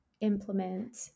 implement